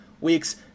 weeks